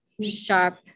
sharp